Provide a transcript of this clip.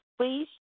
please